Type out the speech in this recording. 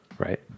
Right